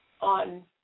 on